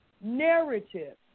narrative